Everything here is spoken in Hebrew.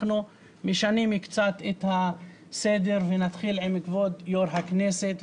אנחנו משנים קצת את הסדר ונתחיל עם כבוד יו"ר הכנסת.